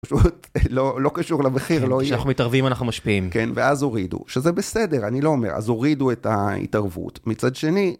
לא לא קשור למחיר לא מתערבים אנחנו משפיעים כן ואז הורידו שזה בסדר אני לא אומר אז הורידו את ההתערבות מצד שני.